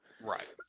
right